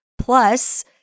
Plus